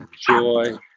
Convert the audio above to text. joy